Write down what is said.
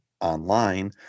online